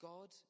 God